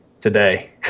today